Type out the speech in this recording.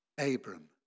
Abram